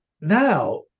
now